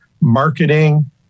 marketing